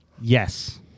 Yes